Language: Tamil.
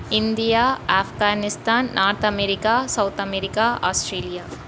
India Afghanistan north America south America Australia